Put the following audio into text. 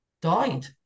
died